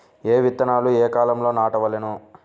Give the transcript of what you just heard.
ఏ విత్తనాలు ఏ కాలాలలో నాటవలెను?